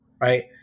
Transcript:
right